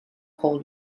coal